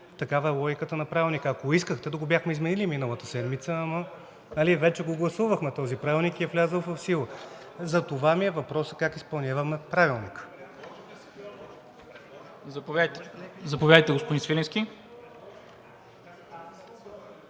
Такава е логиката на Правилника. Ако искахте, да го бяхме изменили миналата седмица. Ама нали вече го гласувахме, този правилник е влязъл в сила. Затова ми е въпросът: как изпълняваме Правилника. ПРЕДСЕДАТЕЛ НИКОЛА МИНЧЕВ: